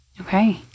Okay